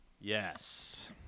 Yes